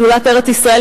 שדולת ארץ-ישראל,